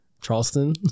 Charleston